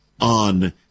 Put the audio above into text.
on